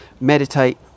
meditate